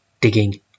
digging